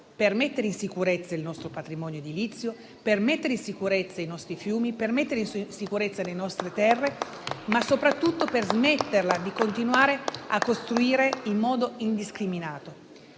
per mettere in sicurezza il nostro patrimonio edilizio, per mettere in sicurezza i nostri fiumi, per mettere in sicurezza le nostre terre, ma soprattutto per smetterla di continuare a costruire in modo indiscriminato.